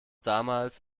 damals